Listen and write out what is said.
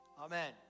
amen